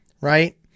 right